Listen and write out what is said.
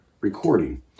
recording